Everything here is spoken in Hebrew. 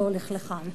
לא הולך לכאן.